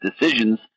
decisions